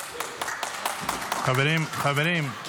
חברים, חברים.